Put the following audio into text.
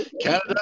Canada